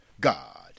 God